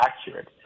accurate